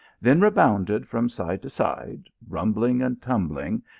then rebounded from side to side, rumbling and tumbling,